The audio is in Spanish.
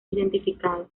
identificados